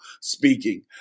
speaking